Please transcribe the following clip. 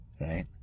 right